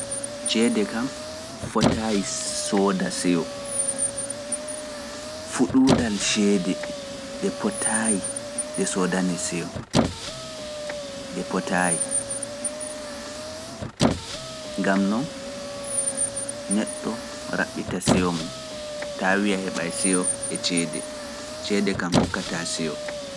Ceede kam fotaayi sooda seyo, fuɗuuɗal ceede ɗe potaayi ɗe soodane seyo, ɗe potaayi. Ngam noon neɗɗo raɓɓita seyo mum, ta wi’a heɓai seyo e ceede, ceede kam hokkataa seyo.